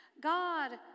God